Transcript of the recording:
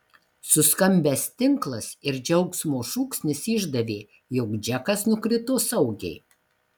suskambęs tinklas ir džiaugsmo šūksnis išdavė jog džekas nukrito saugiai